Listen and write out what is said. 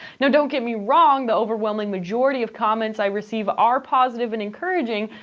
now don't get me wrong the overwhelming majority of comments i receive are positive and encouraging,